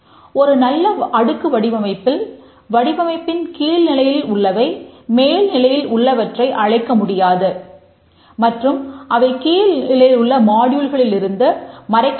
ஒரு நல்ல அடுக்கு வடிவமைப்பில் வடிவமைப்பின் கீழ்நிலையில் உள்ளவை மேல் நிலையில் உள்ளவற்றை அழைக்க முடியாது மற்றும் அவை கீழ்நிலையில் உள்ள மாடியூல்களிடமிருந்து மறைக்கப்பட்டிருக்கும்